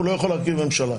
לא יכול להרכיב ממשלה,